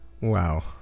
Wow